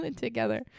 together